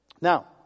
Now